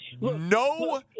no